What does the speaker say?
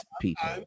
people